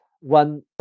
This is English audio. one